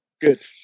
Good